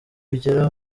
bigera